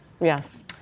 Yes